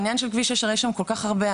העניין של כביש 6 ,הרי יש שם כל כך הרבה,